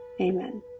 Amen